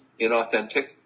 inauthentic